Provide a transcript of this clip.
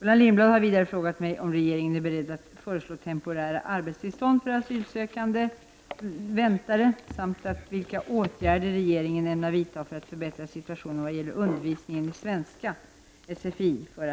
Gullan Lindblad har vidare frågat mig om regeringen är beredd att föreslå temporära arbetstillstånd för asylsökande ''väntare'' samt vilka åtgärder regeringen ämnar vidta för att förbättra situationen vad gäller undervisningen i svenska I vad